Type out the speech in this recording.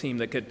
team that could